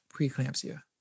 preeclampsia